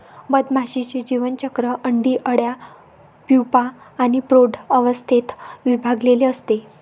मधमाशीचे जीवनचक्र अंडी, अळ्या, प्यूपा आणि प्रौढ अवस्थेत विभागलेले असते